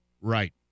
Right